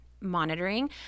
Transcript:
monitoring